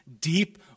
deep